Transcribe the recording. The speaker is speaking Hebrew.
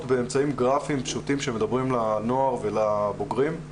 באמצעים גרפיים פשוטים שמדברים לנוער ולבוגרים.